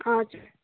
हजुर